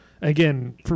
again